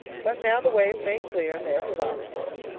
but now the way is made clear and they are provided for.